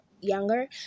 younger